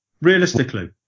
Realistically